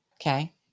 Okay